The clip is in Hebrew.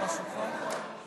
בדבר פיצול פרק